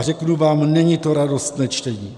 Řeknu vám, není to radostné čtení.